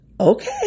Okay